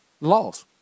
Laws